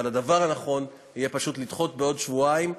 אבל הדבר הנכון יהיה פשוט לדחות בעוד שבועיים,